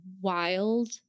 wild